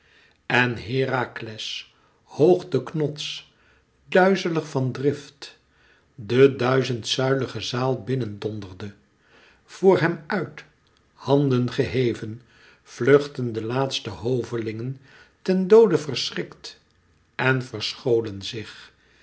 en herakles hoog den knots duizelig van drift de duizendzuilige zaal binnen donderde voor hem uit handen geheven vluchtten de laatste hovelingen ten doode verschrikt en verscholen zich